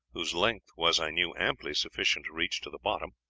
whose length was, i knew, amply sufficient to reach to the bottom,